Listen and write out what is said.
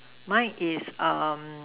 mine is